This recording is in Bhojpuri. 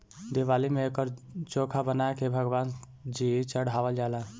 दिवाली में एकर चोखा बना के भगवान जी चढ़ावल जाला